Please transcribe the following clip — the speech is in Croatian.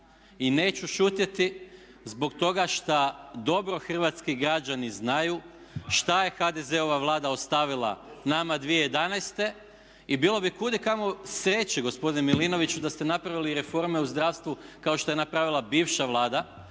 I neću šutjeti zbog toga šta dobro hrvatski građani znaju šta je HDZ-ova Vlada ostavila nama 2011. I bilo bi kud i kamo sreće gospodine Milinoviću, da ste napravili reforme u zdravstvu kao što je napravila bivša Vlada,